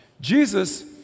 Jesus